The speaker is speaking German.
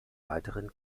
weiteren